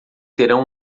terão